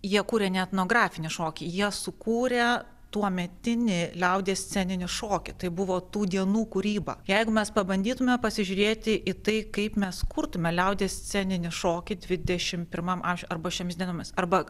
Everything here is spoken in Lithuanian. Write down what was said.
jie kūrė ne etnografinį šokį jie sukūrė tuometinį liaudies sceninį šokį tai buvo tų dienų kūryba jeigu mes pabandytume pasižiūrėti į tai kaip mes kurtume liaudies sceninį šokį dvidešim pirmam amžiui arba šiomis dienomis arba